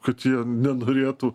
kad jie nenorėtų